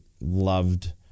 loved